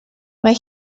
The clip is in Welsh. mae